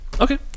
Okay